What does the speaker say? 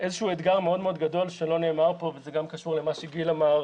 איזשהו אתגר מאוד מאוד גדול שלא נאמר כאן וזה גם קשור למה שגיל אמר,